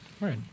Right